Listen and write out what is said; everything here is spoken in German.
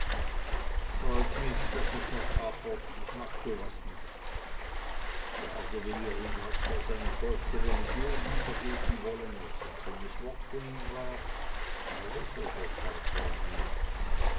freut mich daß es noch hapert ich mag so was nicht der alte wilhelm hat zwar seinem volke die religion wiedergeben wollen was ein schönes wort von ihm war alles was er tat und sagte war gut